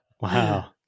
Wow